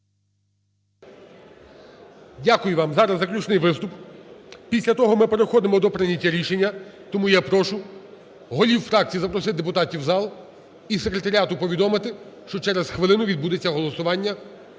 Дякую вам. Зараз заключний виступ. Після того ми переходимо до прийняття рішення. Тому я прошу голів фракцій запросити депутатів у зал і секретаріату повідомити, що через хвилину відбудеться голосування.